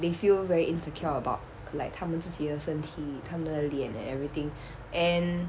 they feel very insecure about like 他们自己的身体他们的脸 and everything and